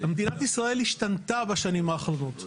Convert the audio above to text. מדינת ישראל השתנתה בשנים האחרונות.